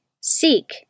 Seek